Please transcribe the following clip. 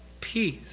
peace